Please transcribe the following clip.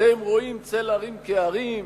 אתם רואים צל הרים כהרים,